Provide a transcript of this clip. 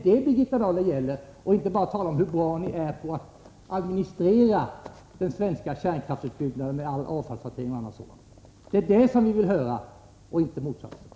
Det är detta det gäller, Birgitta Dahl, och inte bara att vara bra på att administrera den svenska kärnkraftsutbyggnaden med avfallshantering och annat sådant. Det är det vi vill höra och inte motsatsen!